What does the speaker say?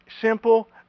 simple